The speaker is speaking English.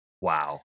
Wow